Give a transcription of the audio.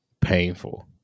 Painful